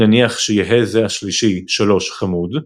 נניח שיהא זה השלישי, " 3 חמוד".